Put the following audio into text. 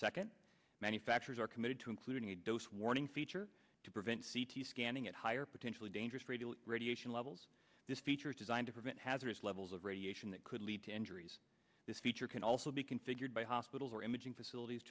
second manufacturers are committed to including a dose warning feature to prevent c t scanning at higher potentially dangerous radial radiation levels this feature designed to prevent hazardous levels of radiation that could lead to injuries this feature can also be configured by hospitals or imaging facilities